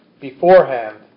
beforehand